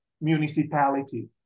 municipality